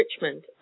Richmond